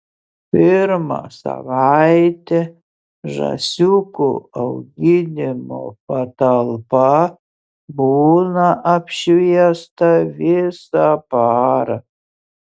pirmą savaitę žąsiukų auginimo patalpa būna apšviesta visą parą